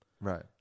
Right